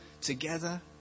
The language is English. together